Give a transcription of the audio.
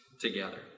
together